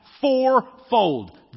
fourfold